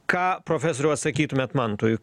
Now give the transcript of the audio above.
ką profesoriau atsakytumėt mantui